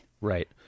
Right